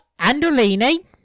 Andolini